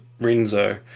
renzo